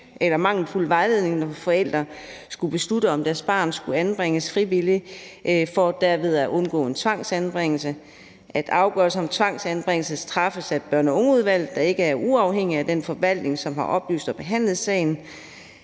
var mangelfuld vejledning, når forældre skulle beslutte, om deres barn skulle anbringes frivilligt, for derved at undgå en tvangsanbringelse, at afgørelser om tvangsanbringelse træffes af børn og unge-udvalget, der ikke er uafhængigt af den forvaltning, som har oplyst og behandlet sagen,